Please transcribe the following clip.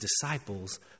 disciples